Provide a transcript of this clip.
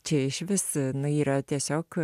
čia iš vis yra tiesiog